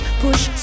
push